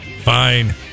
Fine